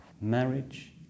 marriage